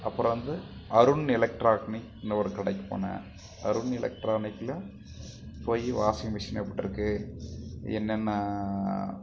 அப்புறம் வந்து அருண் எலக்ட்ரானிக்னு ஒரு கடைக்கு போனேன் அருண் எலக்ட்ரானிக்கில் போய் வாஷின்மிஷின் எப்பிட்ருக்கு என்னன்னால்